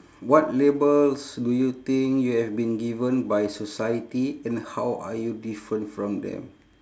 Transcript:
what labels do you think you have been given by society and how are you different from them